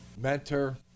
Mentor